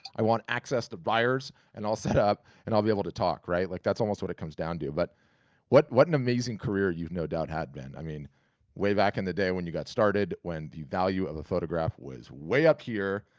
i want access to buyers and i'll set up and i'll be able to talk. like that's almost what it comes down to. but what what an amazing career you've no doubt had, ben. i mean way back in the day when you got started, when the value of a photograph was way up here,